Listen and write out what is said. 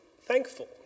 thankful